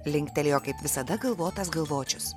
linktelėjo kaip visada galvotas galvočius